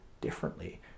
differently